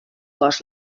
cos